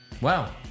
wow